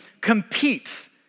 competes